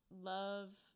love